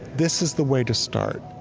this is the way to start.